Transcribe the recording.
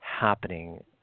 happening